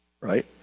right